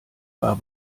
war